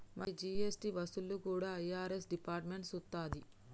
మరి జీ.ఎస్.టి వసూళ్లు కూడా ఐ.ఆర్.ఎస్ డిపార్ట్మెంట్ సూత్తది